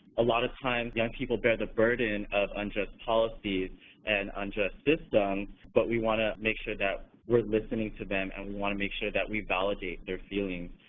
a lot of times young people bear the burden of unjust policies and unjust systems, but we want to make sure that we're listening to them and we want to make sure that we validate their feelings.